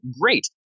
great